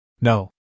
No